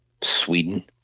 Sweden